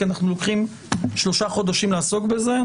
כי אנחנו לוקחים שלושה חודשים לעסוק בזה.